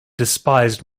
despised